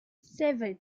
seven